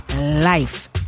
life